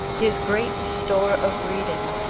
his great store of reading,